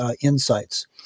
insights